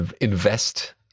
invest